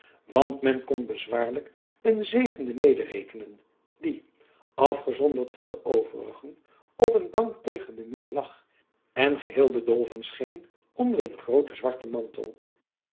want men kon bezwaarlijk een zevende mederekenen die afgezonderd van de overigen op een bank tegen den muur lag en geheel bedolven scheen onder een grooten zwarten mantel